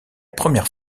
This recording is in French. première